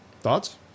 Thoughts